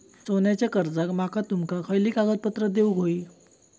सोन्याच्या कर्जाक माका तुमका खयली कागदपत्रा देऊक व्हयी?